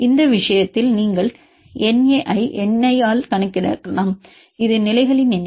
இந்த விஷயத்தில் நீங்கள் na ஆல் n ஆல் கணக்கிடலாம் இது நிலைகளின் எண்ணிக்கை